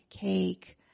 cake